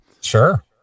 Sure